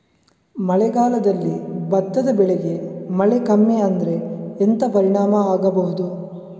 ಮಳೆಗಾಲದಲ್ಲಿ ಭತ್ತದ ಬೆಳೆಗೆ ಮಳೆ ಕಮ್ಮಿ ಆದ್ರೆ ಎಂತ ಪರಿಣಾಮ ಆಗಬಹುದು?